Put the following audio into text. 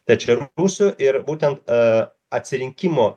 trečiarūčių ir būtent atsirinkimo